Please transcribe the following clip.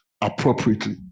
appropriately